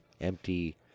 empty